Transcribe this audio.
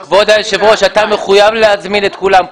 כבוד היושב ראש, אתה מחויב להזמין את כולם.